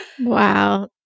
Wow